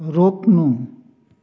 रोक्नु